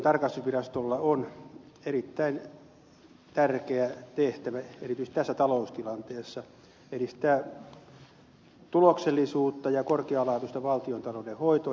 valtiontalouden tarkastusvirastolla on erittäin tärkeä tehtävä erityisesti tässä taloustilanteessa edistää tuloksellisuutta ja korkealaatuista valtiontalouden hoitoa